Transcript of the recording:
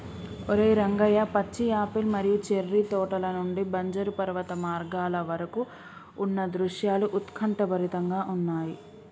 ఓరై రంగయ్య పచ్చి యాపిల్ మరియు చేర్రి తోటల నుండి బంజరు పర్వత మార్గాల వరకు ఉన్న దృశ్యాలు ఉత్కంఠభరితంగా ఉన్నయి